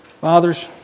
Fathers